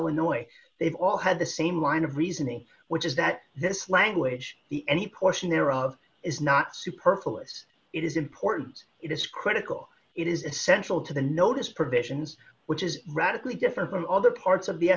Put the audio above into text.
illinois they've all had the same line of reasoning which is that this language the any portion thereof is not superfluous it is important it is critical it is essential to the notice provisions which is radically different from other parts of the